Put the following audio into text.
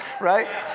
right